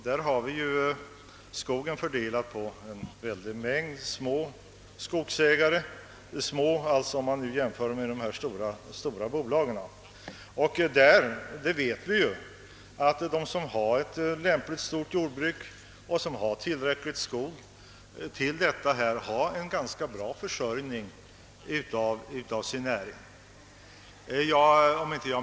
Där är ju skogen fördelad på en stor mängd skogsägare, vilka har små skogar, om man jämför dem med de stora skogsbolagens. Vi vet ju att de som har ett lämpligt stort jordbruk och tillräckligt med skog till detta har en ganska bra försörjning av sin näring.